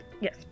Yes